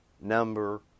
number